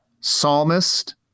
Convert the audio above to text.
psalmist